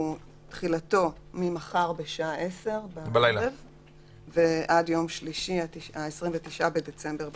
תחילתו ממחר בשעה עשר בלילה ועד יום שלישי 29 בדצמבר בחצות.